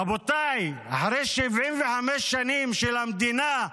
רבותיי, אחרי 75 שנים של המדינה,